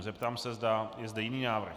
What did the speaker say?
Zeptám se, zda je zde jiný návrh.